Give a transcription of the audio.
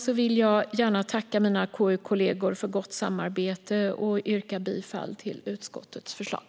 Jag vill gärna tacka mina KU-kollegor för gott samarbete och yrkar bifall till utskottets förslag.